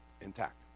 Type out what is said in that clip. intact